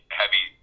heavy